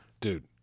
Dude